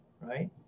Right